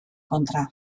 kontra